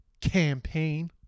campaign